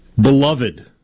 Beloved